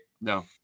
no